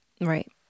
Right